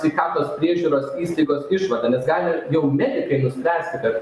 sveikatos priežiūros įstaigos išvada nes gali jau medikai nuspręsti kad